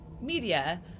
media